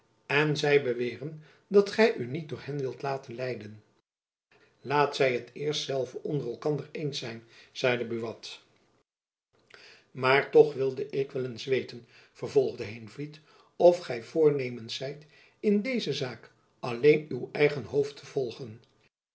en zy beweeren dat gy u niet door hen wilt laten leiden laten zy t eerst zelve onder elkander eens zijn zeide buat maar toch wilde ik wel eens weten vervolgde heenvliet of gy voornemens zijt in deze zaak alleen uw eigen hoofd te volgen